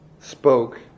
spoke